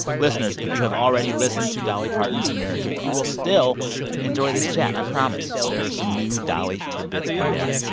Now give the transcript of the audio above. listeners, if you have already listened to dolly parton's america, you will still enjoy this chat. i promise. there are some new dolly tidbits in there.